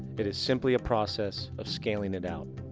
it is simply a process of scaling it out.